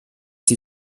die